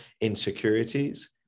insecurities